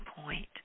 point